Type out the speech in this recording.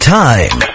time